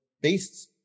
beasts